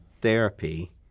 therapy